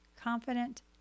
confident